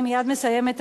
אני מייד מסיימת,